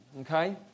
okay